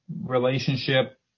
relationship